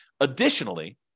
Additionally